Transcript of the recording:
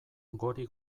gori